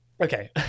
okay